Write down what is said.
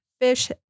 fish